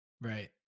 Right